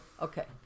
Okay